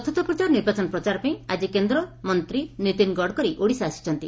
ଚତୁର୍ଥ ପର୍ଯ୍ୟାୟ ନିର୍ବାଚନ ପ୍ରଚାର ପାଇଁ ଆଜି କେନ୍ଦ୍ରମନ୍ତୀ ନୀତିନ ଗଡ଼କରୀ ଓଡ଼ିଶା ଆସିଛନ୍ତି